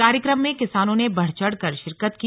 कार्यक्रम में किसानों ने बढ़ चढ़कर शिरकत की